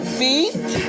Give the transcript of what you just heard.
beat